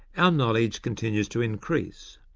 our knowledge continues to increase,